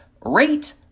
rate